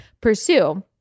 pursue